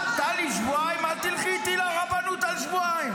טלי, שבועיים, אל תלכי איתי לרבנות על שבועיים.